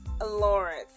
Lawrence